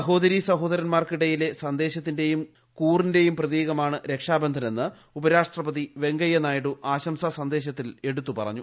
സഹോദരീ സഹോദരൻമാർക്കിടയിലെ സന്ദേശത്തിന്റെയും കൂറിന്റെയും പ്രതീകമാണ് രക്ഷാബന്ധൻ എന്ന് ഉപരാഷ്ട്രപതി വെങ്കയ നായിഡു ആശംസാ സന്ദേശത്തിൽ എടുത്തു പറഞ്ഞു